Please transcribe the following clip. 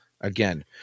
again